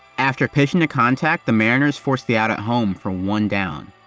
after pitching the contact, the mariners forced the out at home for one down.